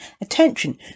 attention